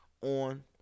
On